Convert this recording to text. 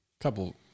couple